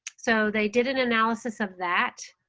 so they did an analysis of that.